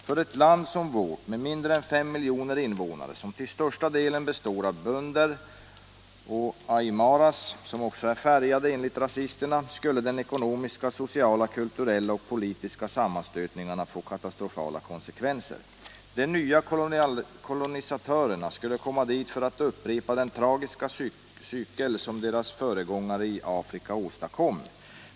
För ett land som vårt, med mindre än fem miljoner invånare, som till största delen består av bönder och aimaras — som också är färgade enligt rasisterna — skulle ekonomiska, sociala, kulturella och politiska sammanstötningar få katastrofala konsekvenser. De nya kolonisatörerna skulle komma dit för att upprepa den tragiska cykel som deras föregångare i Afrika åstadkom.